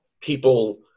People